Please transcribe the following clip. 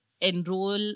enroll